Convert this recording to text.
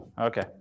Okay